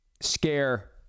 scare